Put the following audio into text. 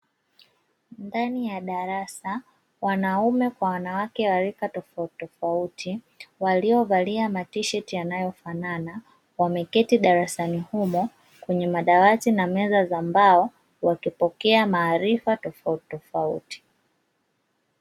Ndani ya darasa wanaume kwa wanawake wa rika tofauti tofauti waliovalia matisheti yanayofanana wameketi darasani humo kwenye madawati na meza za mbao wakipokea maarifa tofautitofauti.